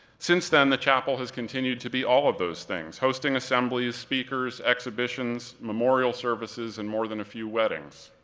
since then, the chapel has continued to be all of those things, hosting assemblies, speakers, exhibitions, memorial services, and more than a few weddings.